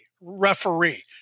referee